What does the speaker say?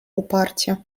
uparcie